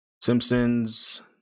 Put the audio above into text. Simpsons